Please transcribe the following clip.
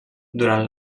durant